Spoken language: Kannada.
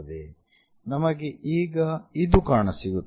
ನಮಗೆ ಈಗ ಇದು ಕಾಣಸಿಗುತ್ತದೆ